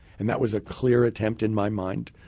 and that was a clear attempt, in my mind,